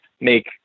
make